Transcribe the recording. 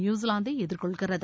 நியூசிலாந்தை எதிர்கொள்கிறது